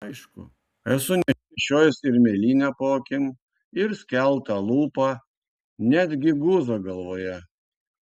aišku esu nešiojęs ir mėlynę po akimi ir skeltą lūpą net gi guzą galvoje